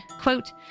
quote